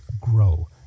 grow